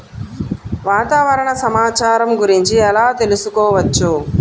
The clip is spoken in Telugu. వాతావరణ సమాచారం గురించి ఎలా తెలుసుకోవచ్చు?